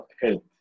health